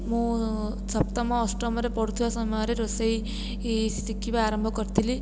ମୁଁ ସପ୍ତମ ଅଷ୍ଟମରେ ପଢ଼ୁଥିବା ସମୟରେ ରୋଷେଇ ଶିଖିବା ଆରମ୍ଭ କରିଥିଲି